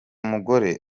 mugore